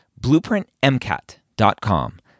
BlueprintMCAT.com